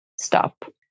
stop